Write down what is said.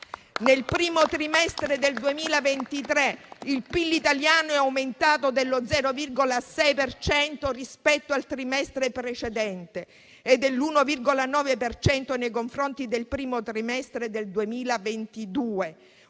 nel primo trimestre del 2023 il PIL italiano è aumentato dello 0,6 per cento rispetto al trimestre precedente e dell'1,9 per cento nei confronti del primo trimestre del 2022,